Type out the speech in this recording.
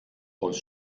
aus